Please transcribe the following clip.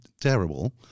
terrible